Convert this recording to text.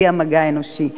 בלי המגע האנושי.